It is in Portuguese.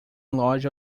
loja